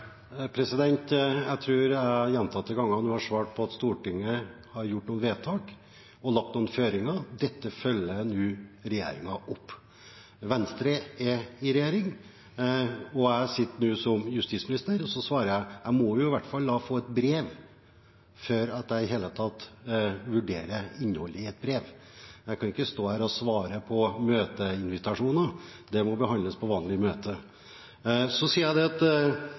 Jeg tror at jeg gjentatte ganger nå har svart på at Stortinget har gjort noen vedtak og lagt noen føringer. Dette følger regjeringen nå opp. Venstre er i regjering, og jeg sitter nå som justisminister og svarer at jeg i hvert fall må få brevet før jeg i det hele tatt kan vurdere innholdet i det. Jeg kan ikke stå her og svare på møteinvitasjoner. Det må behandles på vanlig måte. Jeg forholder meg til de tre kommunene. Departementet og kommunene er enige om at